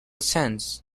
sense